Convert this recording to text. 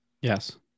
Yes